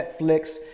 Netflix